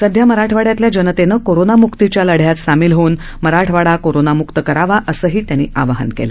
सध्या मराठवाड्यातल्या जनतेनं कोरोना मुक्तीच्या लढ्यात सामील होऊन मराठवाडा कोरोनाम्क्त करावा असंही म्ख्यमंत्री म्हणाले